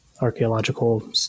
archaeological